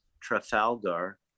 Trafalgar